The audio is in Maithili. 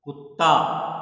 कुत्ता